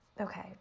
Okay